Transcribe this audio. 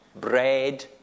bread